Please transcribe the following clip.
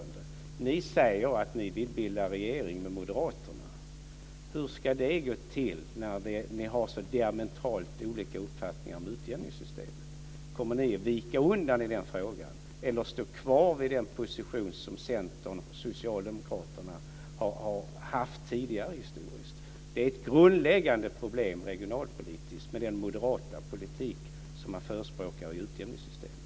Ni säger att ni vill bilda regering med moderaterna. Hur ska det gå till när ni har så diametralt olika uppfattningar om utjämningssystemet? Kommer ni att vika undan i den frågan eller kommer ni att stå kvar vid den position som Centern och Socialdemokraterna har haft tidigare i historien? Det är ett grundläggande regionalpolitiskt problem med den politik som moderaterna förespråkar i fråga om utjämningssystemet.